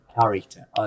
character